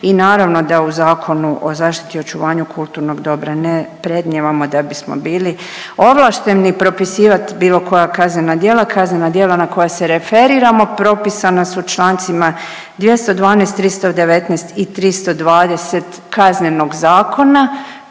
i naravno da u Zakonu o zaštiti i očuvanju kulturnog dobra ne predmnijevamo da bismo bili ovlašteni propisivat bilo koja kaznena djela. Kaznena djela na koja se referiramo propisana su čl. 212., 319. i 320. KZ-a koji